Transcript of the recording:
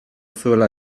zuela